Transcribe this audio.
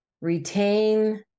retain